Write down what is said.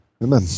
Amen